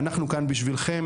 אנחנו כאן בשבילכם.